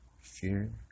fear